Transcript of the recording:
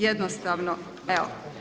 Jednostavno, evo.